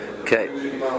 Okay